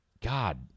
God